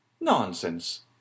Nonsense